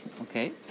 okay